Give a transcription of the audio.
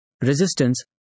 Resistance